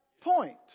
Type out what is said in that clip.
point